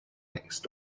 next